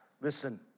listen